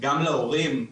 גם להורים,